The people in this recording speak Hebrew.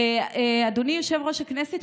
אדוני יושב-ראש הכנסת,